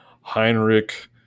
Heinrich